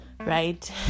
Right